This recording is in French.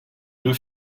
deux